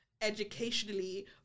educationally